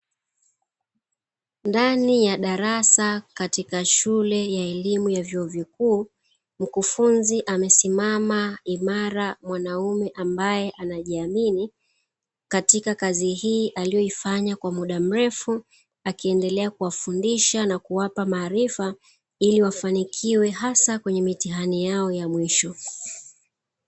Ndani ya darasa katika shule ya elimu ya vyuo vikuu, mkufunzi amesimama imara mwanaume ambaye anajiamini katika kazi hii aliyoifanya kwa muda mrefu, akiendelea kuwafundisha na kuwapa maaraifa ili wafanikiwe hasa kwenye mitihani yao ya mwisho.